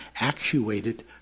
actuated